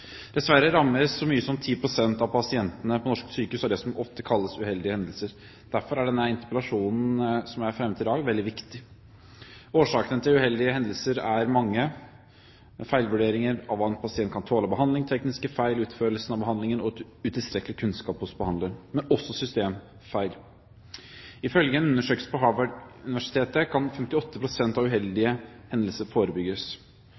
Dessverre rammes så mye som 10 pst. av pasientene på norske sykehus av det som ofte kalles «uheldige hendelser». Derfor er denne interpellasjonen som er fremmet i dag, veldig viktig. Årsakene til uheldige hendelser er mange: feilvurderinger av hva en pasient kan tåle av behandling, tekniske feil i utførelsen av behandlingen, utilstrekkelig kunnskap hos behandleren, men også systemfeil. Ifølge en undersøkelse på Harvard-universitetet kan 58 pst. av uheldige hendelser forebygges.